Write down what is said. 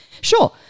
sure